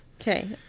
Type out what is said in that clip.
okay